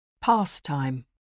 Pastime